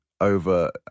over